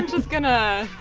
i'm just going to.